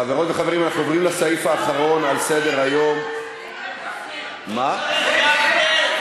צחי, אנחנו רוצים לשמוע מה דעתך,